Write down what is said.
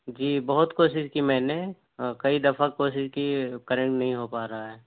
جی بہت کوشش کی میں نے ہاں کئی دفع کوشش کی کنک نہیں ہو پا رہا ہے